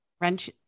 Wrench